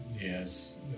Yes